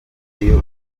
iyo